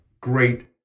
great